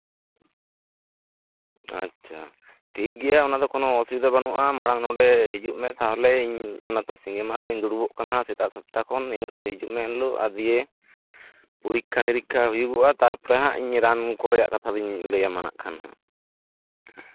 ᱟᱪᱪᱷᱟ ᱴᱷᱤᱠ ᱜᱮᱭᱟ ᱚᱱᱟ ᱫᱚ ᱠᱳᱱᱳ ᱚᱥᱩᱵᱤᱫᱷᱟ ᱵᱟᱹᱱᱩᱜᱼᱟ ᱢᱟᱲᱟᱝ ᱱᱚᱰᱮ ᱦᱤᱡᱩᱜ ᱢᱮ ᱛᱟᱦᱚᱞᱮ ᱤᱧ ᱥᱤᱸᱜᱮ ᱢᱟᱦᱟᱨᱤᱧ ᱫᱩᱲᱩᱵᱽ ᱠᱟᱱᱟ ᱦᱟᱜ ᱥᱮᱛᱟᱜ ᱥᱟᱛᱴᱟ ᱠᱷᱚᱱ ᱤᱱᱟᱹᱜ ᱛᱮ ᱦᱤᱡᱩᱜ ᱢᱮ ᱦᱟᱜ ᱟᱨ ᱫᱤᱭᱮ ᱯᱚᱨᱤᱠᱠᱷᱟ ᱱᱤᱨᱤᱠᱠᱷᱟ ᱦᱩᱭᱩᱜᱼᱟ ᱛᱟᱨᱯᱚᱨᱮ ᱦᱟᱜ ᱤᱧ ᱨᱟᱱ ᱠᱚᱨᱮᱱᱟᱜ ᱠᱟᱛᱷᱟ ᱫᱚᱧ ᱞᱟᱹᱭᱟᱢᱟ ᱦᱟᱜ